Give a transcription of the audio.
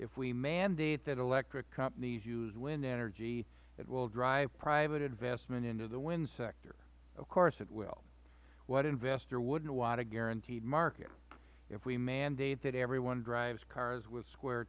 if we mandate that electric companies use wind energy it will drive private investment into the wind sector of course it will what investor wouldn't want a guaranteed market if we mandate that everyone drives cars with square